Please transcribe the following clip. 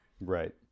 right